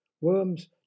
Worms